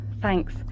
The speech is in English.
thanks